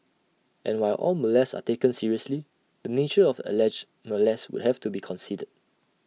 and while all molests are taken seriously the nature of the alleged molest would have to be considered